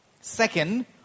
Second